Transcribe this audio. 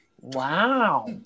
Wow